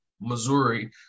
Missouri